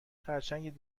خرچنگ